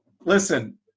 listen